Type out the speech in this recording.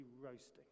roasting